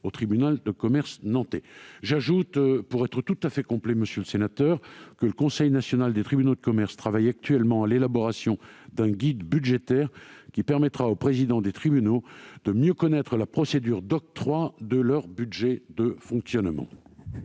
au tribunal de commerce nantais. Pour être tout à fait complet, monsieur le sénateur, j'ajoute que le Conseil national des tribunaux de commerce travaille actuellement à l'élaboration d'un guide budgétaire, qui permettra aux présidents des tribunaux de mieux connaître la procédure d'octroi de leur budget de fonctionnement.